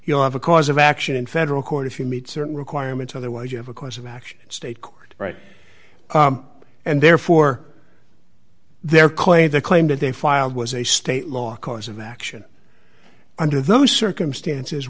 you'll have a cause of action in federal court if you meet certain requirements otherwise you have a course of action in state court right and therefore their claim the claim that they filed was a state law course of action under those circumstances